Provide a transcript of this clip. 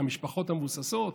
המשפחות המבוססות,